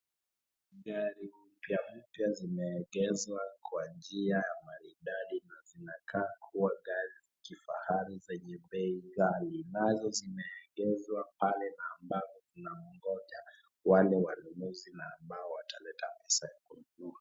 Gari mpyampya zimeegezwa kwa njia ya maridadi na zinakaa kuwa gari kifahari zenye bei ghali, nazo zimeegezwa pale na ambapo zinangoja wale wanunuzi na ambao wataleta pesa.